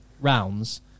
rounds